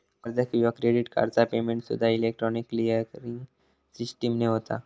कर्ज किंवा क्रेडिट कार्डचा पेमेंटसूद्दा इलेक्ट्रॉनिक क्लिअरिंग सिस्टीमने होता